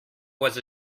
was